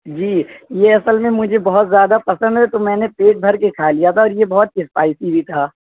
جی یہ اصل میں مجھے زیادہ پسند ہے تو میں نے پیٹ بھر کے کھا لیا تھا اور یہ بہت اسپائسی بھی تھا